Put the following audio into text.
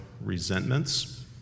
resentments